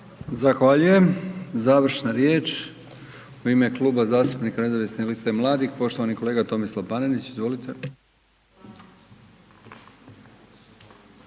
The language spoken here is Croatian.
Zahvaljujem. Završna riječ u ime Kluba zastupnika Nezavisne liste mladih poštovani kolega Tomislav Panenić. Izvolite.